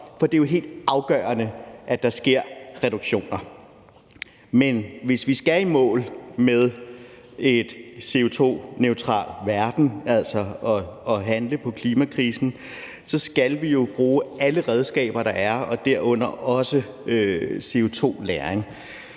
for det er jo helt afgørende, at der sker reduktioner. Men hvis vi skal i mål med en CO2-neutral verden, altså handle på klimakrisen, skal vi jo bruge alle redskaber, der er, herunder også CO2-lagring.